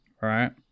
right